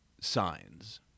signs